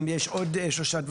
יש עוד שלושה.